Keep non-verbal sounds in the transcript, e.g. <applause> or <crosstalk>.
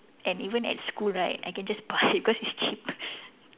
and even at school right I can just buy <laughs> because it's cheap <laughs>